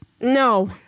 No